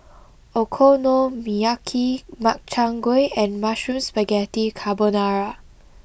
Okonomiyaki Makchang Gui and Mushroom Spaghetti Carbonara